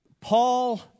Paul